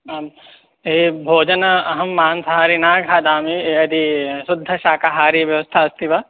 आं तर्हि भोजनम् अहं मांसहारि ना खादामि यदि शुद्धशाखाहारिव्यवस्था अस्ति वा